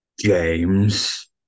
James